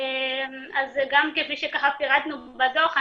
גם כפי שפירטנו בדוח,